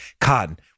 cotton